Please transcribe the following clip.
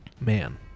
man